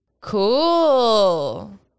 Cool